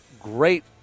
great